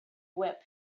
whip